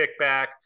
kickback